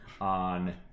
on